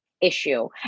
issue